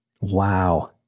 Wow